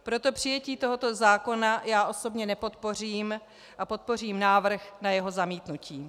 Proto přijetí tohoto zákona já osobně nepodpořím a podpořím návrh na jeho zamítnutí.